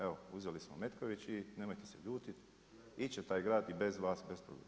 Evo uzeli smo Metković i nemojte se ljutiti, ići će taj grad i bez vas bez problema.